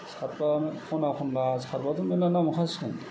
सारबा खना खनला सारबाथ' मेरला ना मोनखासिगोन